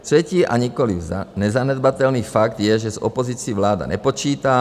Třetí a nikoliv nezanedbatelný fakt je, že s opozicí vláda nepočítá.